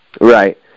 Right